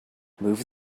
move